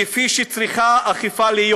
כפי שצריכה אכיפה להיות".